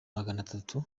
maganatatu